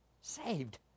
Saved